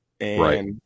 Right